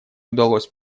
удалось